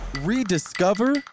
rediscover